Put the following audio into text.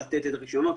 לתת את הרישיונות,